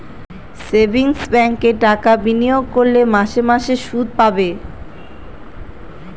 savings ব্যাঙ্কে টাকা বিনিয়োগ করলে মাসে মাসে শুদ পাবে